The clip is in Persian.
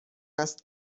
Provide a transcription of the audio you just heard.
است